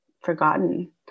forgotten